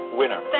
winner